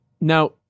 Now